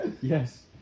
Yes